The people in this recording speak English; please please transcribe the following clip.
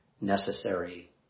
necessary